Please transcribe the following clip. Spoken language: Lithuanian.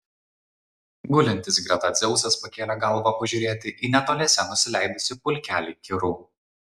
gulintis greta dzeusas pakėlė galvą pažiūrėti į netoliese nusileidusį pulkelį kirų